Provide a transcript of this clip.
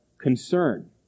concern